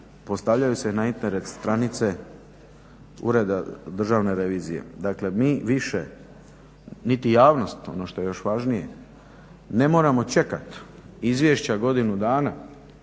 postavljaju se na internet stranice Ureda državne revizije. Dakle mi više, niti javnost ono što je još važnije, ne moramo čekati izvješća godinu dana.